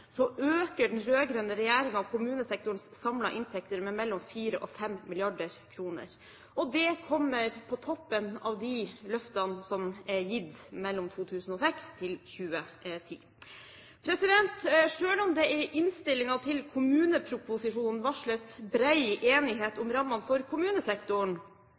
øker den rød-grønne regjeringen kommunesektorens samlede inntekter med 4–5 mrd. kr. Det kommer på toppen av de løftene som er gitt mellom 2006 og 2010. Selv om det i innstillingen til kommuneproposisjonen varsles bred enighet om rammene for kommunesektoren,